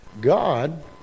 God